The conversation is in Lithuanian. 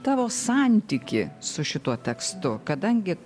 tavo santykį su šituo tekstu kadangi